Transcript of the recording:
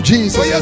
Jesus